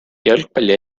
jalgpalli